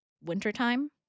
wintertime